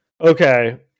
Okay